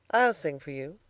i'll sing for you,